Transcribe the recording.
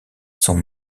sont